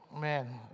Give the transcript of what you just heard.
man